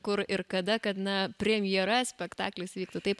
kur ir kada kad na premjera spektaklis vyktų taip